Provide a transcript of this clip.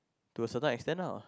to a certain extent lah